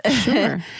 Sure